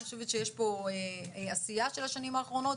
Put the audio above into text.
אני חושבת שיש פה עשייה של השנים האחרונות.